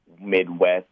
Midwest